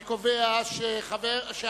אני קובע שהשר